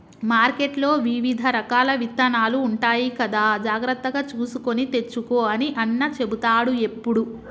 మార్కెట్లో వివిధ రకాల విత్తనాలు ఉంటాయి కదా జాగ్రత్తగా చూసుకొని తెచ్చుకో అని అన్న చెపుతాడు ఎప్పుడు